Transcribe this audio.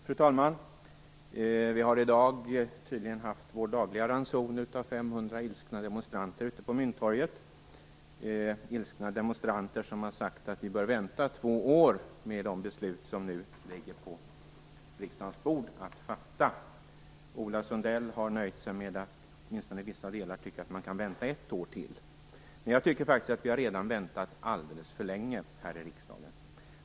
Fru talman! Vi har i dag tydligen fått vår dagliga ranson av ilskna demonstranter ute på Mynttorget. 500 ilskna demonstranter har sagt att vi bör vänta två år med de beslut som nu ligger på riksdagens bord. Ola Sundell har nöjt sig med att åtminstone i vissa delar tycka att man kan vänta ett år till. Jag tycker faktiskt att vi redan har väntat alldeles för länge här i riksdagen.